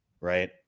right